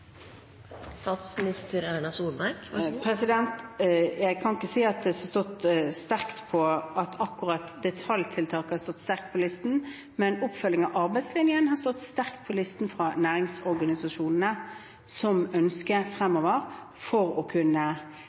Jeg kan ikke si at detaljtiltak har stått høyt på listen, men oppfølging av arbeidslinjen har stått høyt på listen – som et ønske fra næringsorganisasjonene for både å kunne mobilisere nok arbeidskraft fremover og sørge for